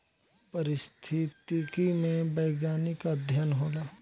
पारिस्थितिकी में वैज्ञानिक अध्ययन होला